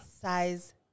Size